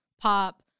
pop